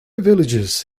villages